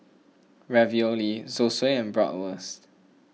Ravioli Zosui and Bratwurst